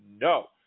no